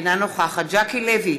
אינה נוכחת ז'קי לוי,